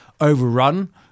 overrun